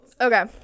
Okay